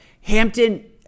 Hampton